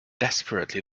desperately